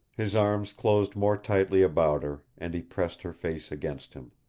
his arms closed more tightly about her, and he pressed her face against him.